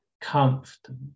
comfortable